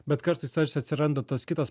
bet kartais tarsi atsiranda tas kitas